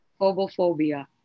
phobophobia